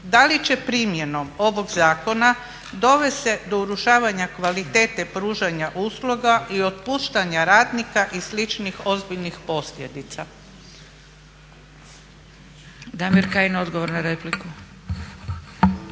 Da li će primjenom ovog zakona dovest se do urušavanja kvalitete pružanja usluga i otpuštanja radnika i sličnih ozbiljnih posljedica.